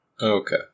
Okay